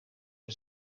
het